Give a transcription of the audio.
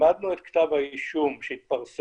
למדנו את כתב האישום שהתפרסם